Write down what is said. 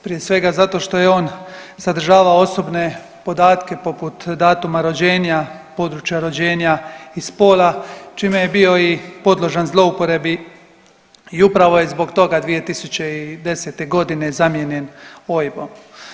Prije svega zato što je on sadržavao osobne podatke poput datuma rođenja, područja rođenja i spola čime je bio i podložan zlouporabi i upravo za zbog toga 2010. godine zamijenjen OIB-om.